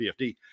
PFD